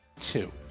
Two